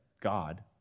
God